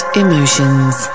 emotions